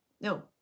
No